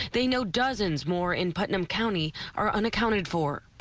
they know dozens more in putnam county are unaccounted for.